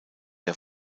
der